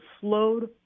slowed